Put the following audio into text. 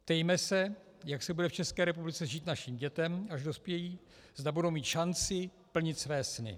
Ptejme se, jak se bude v České republice žít našim dětem, až dospějí, zda budou mít šanci plnit své sny.